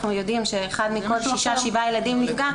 יודעים שאחד מכל שישה-שבעה ילדים נפגע,